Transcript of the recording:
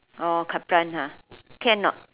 oh kaplan ha can or not